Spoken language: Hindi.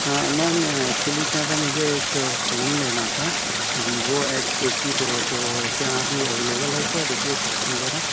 हाँ मैम एक्चुअली क्या था मुझे एक फ़ोन लेना था वीवो ऐट ऐटटी प्रो तो क्या अभी अवेलेबल है क्या देखिए शॉप में ज़रा